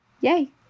Yay